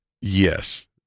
Yes